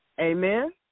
Amen